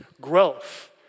growth